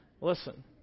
Listen